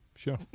Sure